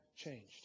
changed